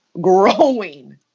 growing